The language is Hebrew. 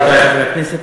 רבותי חברי הכנסת,